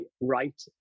right